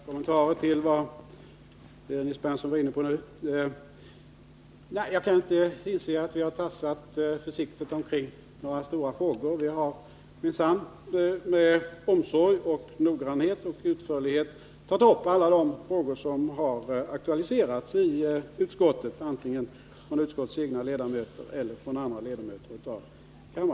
Herr talman! Bara några korta kommentarer till det Nils Berndtson var inne på. Jag kan inte inse att vi har tassat försiktigt omkring några stora frågor. Vi har med omsorg och noggrannhet tagit upp alla de frågor som har aktualiserats i utskottet, antingen från utskottets egna ledamöter eller från andra ledamöter av kammaren.